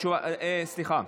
סליחה,